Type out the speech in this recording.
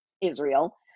Israel